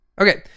Okay